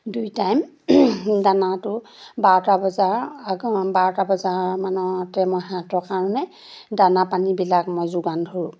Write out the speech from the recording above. দুই টাইম দানাটো বাৰটা বজাৰ আগ বাৰটা বজাৰমানতে মই সিহঁতৰ কাৰণে দানা পানীবিলাক মই যোগান ধৰোঁ